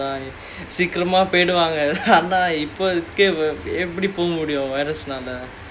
சீக்கிரமா போய்டுவாங்க ஆனா இப்போ எப்படி போக முடியும்:seekiramaa poiduvaanga aanaa ippo epdi poga mudiyum virus நால:naala